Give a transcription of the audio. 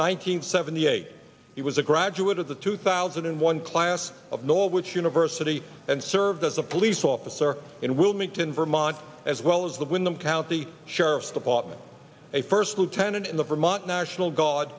hundred seventy eight he was a graduate of the two thousand and one class of norwich university and served as a police officer in wilmington vermont as well as the wyndham county sheriff's department a first lieutenant in the vermont national g